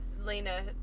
Lena